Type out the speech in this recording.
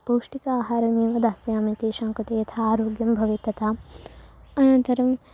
पौष्टिकाहारमेव दास्यामि तेषां कृते यथा आरोग्यं भवेत् तथा अनन्तरम्